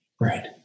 Right